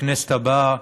בכנסת הבאה